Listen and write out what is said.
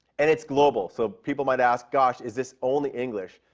and it's global. so people might ask, gosh, is this only english?